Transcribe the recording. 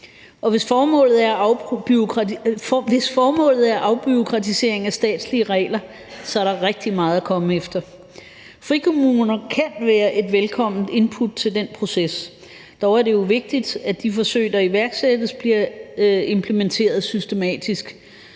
hvis formålet er en afbureaukratisering af statslige regler, er der rigtig meget at komme efter. Frikommuner kan være et velkomment input til den proces, dog er det jo vigtigt, at de forsøg, der iværksættes, bliver implementeret systematisk,